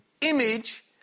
image